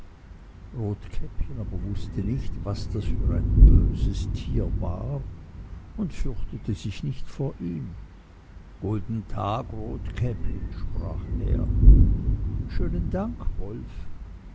rotkäppchen aber wußte nicht was das für ein böses tier war und fürchtete sich nicht vor ihm guten tag rotkäppchen sprach er schönen dank wolf